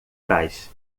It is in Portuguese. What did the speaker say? trás